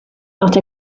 not